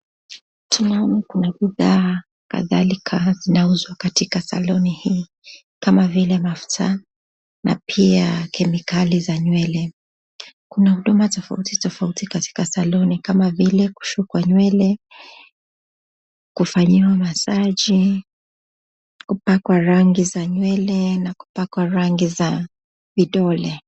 Tunaona kuna bidhaa kadhalika zinauzwa katika saloni hii, kama vile mafuta na pia kemikali za nywele. Kuna huduma tofauti tofauti katika saloni kama vile, kushukwa nywele, kufanyiwa masaji, kupakwa rangi za nywele na kupakwa rangi za vidole.